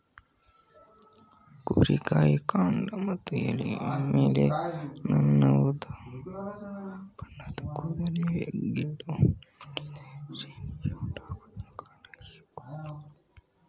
ಗೋರಿಕಾಯಿ ಕಾಂಡ ಮತ್ತು ಎಲೆ ಮೇಲೆ ನಸು ಉದಾಬಣ್ಣದ ಕೂದಲಿವೆ ಗಿಡವನ್ನು ಮುಟ್ಟಿದರೆ ನವೆ ಉಂಟಾಗುವುದಕ್ಕೆ ಕಾರಣ ಈ ಕೂದಲುಗಳು